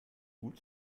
gut